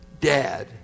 Dad